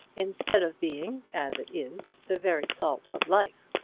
instead of being, as it is, the very salt of life.